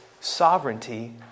sovereignty